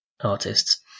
artists